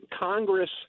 Congress